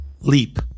leap